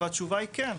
והתשובה היא כן,